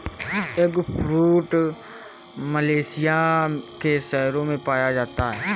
eggfruit Malaysia के शहरों में पाया जाता है